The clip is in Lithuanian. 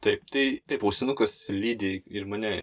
taip tai taip ausinukus lydi ir mane